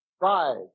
Five